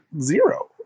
zero